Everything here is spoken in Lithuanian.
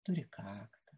turi kaktą